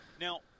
Now